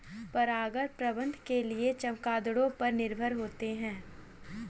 परागण प्रबंधन के लिए चमगादड़ों पर निर्भर होते है